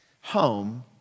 Home